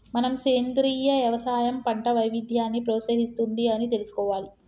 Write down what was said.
మనం సెంద్రీయ యవసాయం పంట వైవిధ్యాన్ని ప్రోత్సహిస్తుంది అని తెలుసుకోవాలి